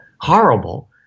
horrible